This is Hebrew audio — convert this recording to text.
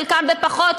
חלקם בפחות,